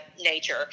nature